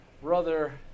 brother